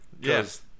Yes